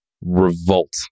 Revolt